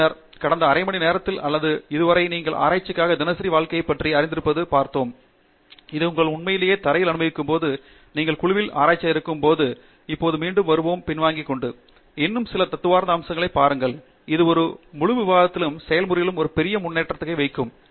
பின்னர் கடந்த அரை மணி நேரத்திலோ அல்லது இதுவரை நீங்கள் ஆராய்ச்சிக்காக தினசரி வாழ்க்கையைப் பற்றி அறிந்திருப்பதைப் பார்த்தோம் இது நீங்கள் உண்மையிலேயே தரையில் அனுபவிக்கும்போது நீங்கள் ஒரு குழுவில் ஆராய்ச்சியாளராக இருக்கும்போது இப்போது மீண்டும் வருவோம் பின்வாங்கிக் கொண்டு இன்னும் சில தத்துவார்த்த அம்சங்களைப் பாருங்கள் இது முழு விவாதத்திலும் செயல்முறைகளிலும் ஒரு பெரிய முன்னோக்கை வைக்க உதவும்